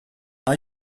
are